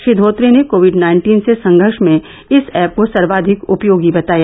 श्री धोत्रे ने covid nineteen से संघर्ष में इस ऐप को सर्वाधिक उपयोगी बताया